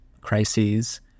crises